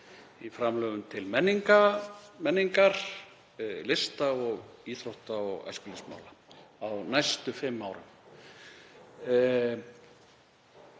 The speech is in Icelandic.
í framlögum til menningar, lista og íþrótta- og æskulýðsmála á næstu fimm árum.